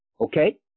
Okay